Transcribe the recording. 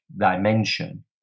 dimension